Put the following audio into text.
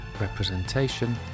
representation